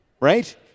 right